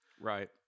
Right